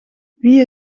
wie